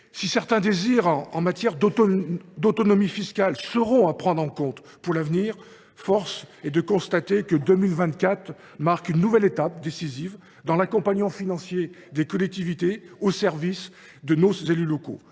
Si certains désirs en matière d’autonomie fiscale doivent être pris en compte pour l’avenir, force est de constater que 2024 marque une nouvelle étape décisive dans l’accompagnement financier des collectivités au service de nos élus locaux.